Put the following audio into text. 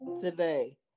today